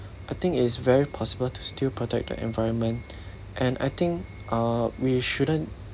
I think it's very possible to still protect the environment and I think uh we shouldn't